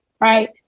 right